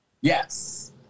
Yes